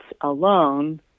alone